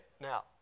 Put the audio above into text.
now